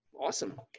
awesome